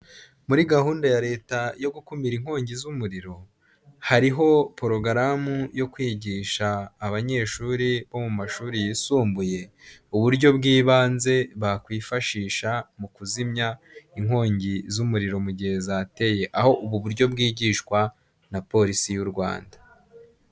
Muri gahunda ya leta yo gukumira inkongi z'umuriro, hariho porogaramu yo kwigisha abanyeshuri bo mu mashuri yisumbuye, uburyo bw'ibanze bakwifashisha mu kuzimya inkongi z'umuriro mu gihe zateye. Aho ubu buryo bwigishwa na polisi y'u Rwanda.